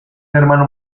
hermano